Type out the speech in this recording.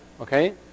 okay